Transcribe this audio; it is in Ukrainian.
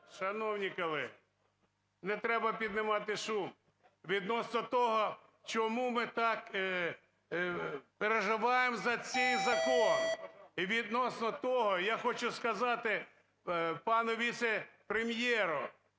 шановні колеги, не треба піднімати шум відносно того, чому ми так переживаємо за цей закон. І відносно того я хочу сказати панові віце-прем'єру,